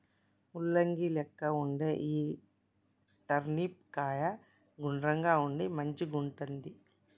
ముల్లంగి లెక్క వుండే ఈ టర్నిప్ కాయ గుండ్రంగా ఉండి మంచిగుంటది